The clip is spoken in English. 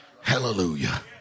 Hallelujah